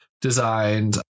designed